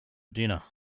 dinner